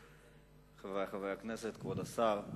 חברי חברי הכנסת, כבוד השר,